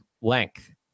length